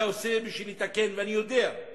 אתה עושה בשביל לתקן, ואני יודע.